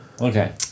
Okay